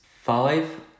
five